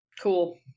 cool